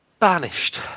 Banished